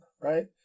right